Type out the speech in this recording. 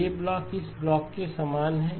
तो यह ब्लॉक इस ब्लॉक के समान है